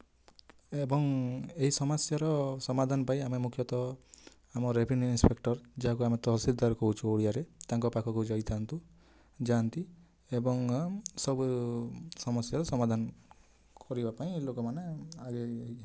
ଏବଂ ଏହି ସମସ୍ୟାର ସମାଧାନ ପାଇଁ ଆମେ ମୁଖ୍ୟତଃ ଆମର ରେଭେନ୍ୟୁ ଇନ୍ସପେକ୍ଟର୍ ଯାହାକୁ ଆମେ ତହସିଲଦାର କହୁଛୁ ଓଡ଼ିଆରେ ତାଙ୍କ ପାଖକୁ ଯାଇଥାନ୍ତୁ ଯାଆନ୍ତି ଏବଂ ସବୁ ସମସ୍ୟାର ସମାଧାନ କରିବା ପାଇଁ ଲୋକମାନେ ଆଗେଇ